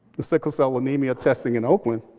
the sickle cell anemia testing in oakland.